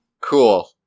Cool